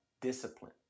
Discipline